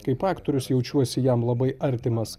kaip aktorius jaučiuosi jam labai artimas